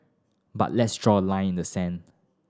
but let's draw a line in the sand